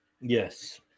Yes